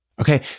okay